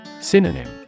Synonym